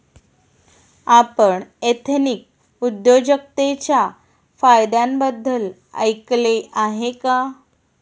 आपण एथनिक उद्योजकतेच्या फायद्यांबद्दल ऐकले आहे का?